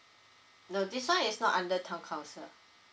no this one is not under town council